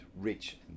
rich